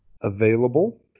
available